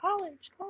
college